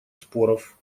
споров